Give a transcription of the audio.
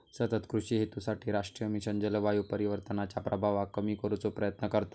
सतत कृषि हेतूसाठी राष्ट्रीय मिशन जलवायू परिवर्तनाच्या प्रभावाक कमी करुचो प्रयत्न करता